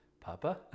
Papa